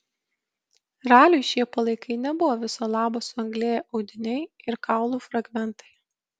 raliui šie palaikai nebuvo viso labo suanglėję audiniai ir kaulų fragmentai